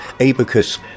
Abacus